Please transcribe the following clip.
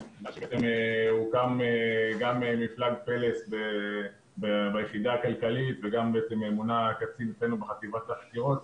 הוקם גם מפלג "פלס" ביחידה הכלכלית וגם מונה קצין אצלנו בחטיבת החקירות.